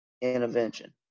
intervention